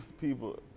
people